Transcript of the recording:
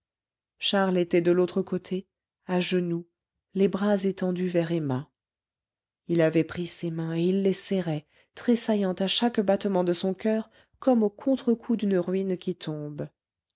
charles était de l'autre côté à genoux les bras étendus vers emma il avait pris ses mains et il les serrait tressaillant à chaque battement de son coeur comme au contrecoup d'une ruine qui tombe